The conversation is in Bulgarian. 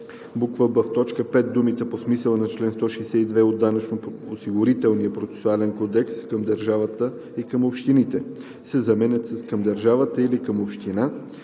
б) в т. 5 думите „по смисъла на чл. 162 от Данъчно-осигурителния процесуален кодекс към държавата и към община“ се заменят с „към държавата или към община